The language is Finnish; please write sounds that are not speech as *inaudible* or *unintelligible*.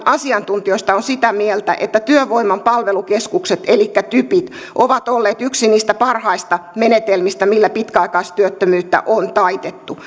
asiantuntijoista on sitä mieltä että työvoiman palvelukeskukset elikkä typit ovat olleet yksi niistä parhaista menetelmistä millä pitkäaikaistyöttömyyttä on taitettu *unintelligible*